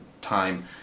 time